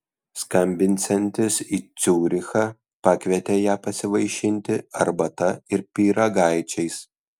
skambinsiantis į ciurichą pakvietė ją pasivaišinti arbata ir pyragaičiais